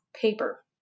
paper